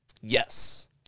Yes